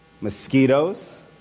mosquitoes